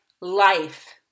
life